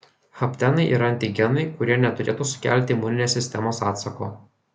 haptenai yra antigenai kurie neturėtų sukelti imuninės sistemos atsako